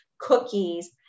cookies